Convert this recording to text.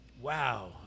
wow